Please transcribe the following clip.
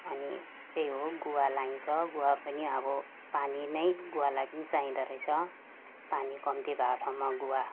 अनि त्यही हो गुवा लगाइन्छ गुवा पनि अब पानी नै गुवालाई पनि चाहिँदो रहेछ पानी कम्ती भएको ठाउँमा गुवा